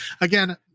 again